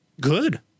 Good